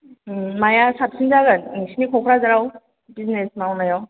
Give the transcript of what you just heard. माया साबसिन जागोन नोंसिनि क'क्राझाराव बिजिनेस मावनायाव